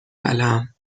قلم